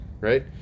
right